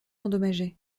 endommagé